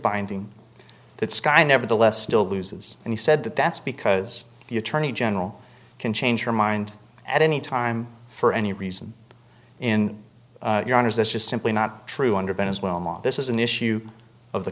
binding that sky nevertheless still loses and he said that that's because the attorney general can change your mind at any time for any reason in your honour's this is simply not true under venezuela law this is an issue of the